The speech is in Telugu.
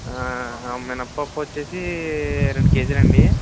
మినపప్పప్పు వచ్చి రెండు కేజీలు అండి